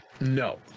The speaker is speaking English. No